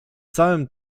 całym